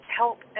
help